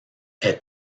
est